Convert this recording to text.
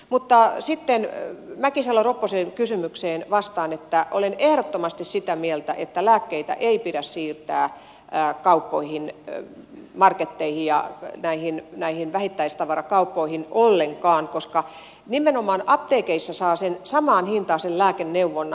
mutta sitten mäkisalo ropposen kysymykseen vastaan että olen ehdottomasti sitä mieltä että lääkkeitä ei pidä siirtää kauppoihin marketteihin ja näihin vähittäistavarakauppoihin ollenkaan koska nimenomaan apteekeissa saa samaan hintaan sen lääkeneuvonnan